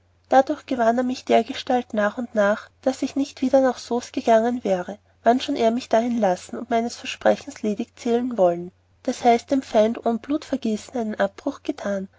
dadurch gewann er mich dergestalt nach und nach daß ich nicht wieder nach soest gangen wäre wannschon er mich dahin lassen und meines versprechens ledig zählen wollen das heißt dem feind ohne blutvergießung einen abbruch getan